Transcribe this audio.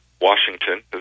Washington